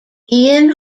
ian